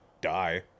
die